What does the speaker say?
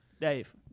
Dave